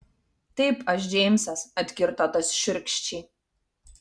taip aš džeimsas atkirto tas šiurkščiai